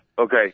okay